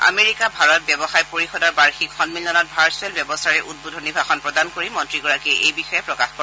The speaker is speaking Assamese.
আমেৰিকা ভাৰত ব্যৱসায় পৰিষদৰ বাৰ্ষিক সম্মিলনত ভাৰ্চুৱেল ব্যৱস্থাৰে উদ্বোধনী ভাষণ প্ৰদান কৰি মন্ত্ৰীগৰাকীয়ে এই বিষয়ে প্ৰকাশ কৰে